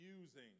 using